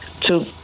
two